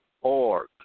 org